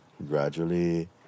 Gradually